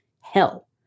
hell